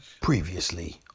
Previously